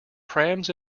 prams